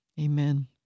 Amen